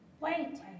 Wait